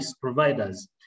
providers